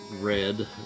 red